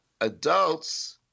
Adults